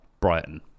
Brighton